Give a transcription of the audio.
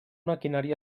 maquinari